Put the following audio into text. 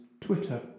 Twitter